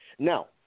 Now